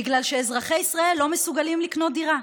בגלל שאזרחי ישראל לא מסוגלים לקנות דירה,